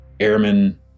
Airmen